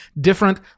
different